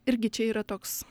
irgi čia yra toks